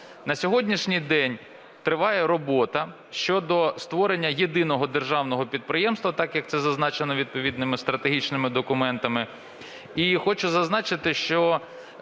На сьогоднішній день триває робота щодо створення єдиного державного підприємства, так, як це зазначено відповідними стратегічними документами. І хочу зазначити, що